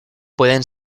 pueden